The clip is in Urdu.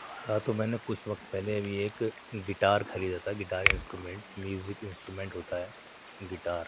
ہاں تو میں نے کچھ وقت پہلے ابھی ایک گٹار خریدا تھا گٹار انسٹومنٹ میوزک انسٹومنٹ ہوتا ہے گٹار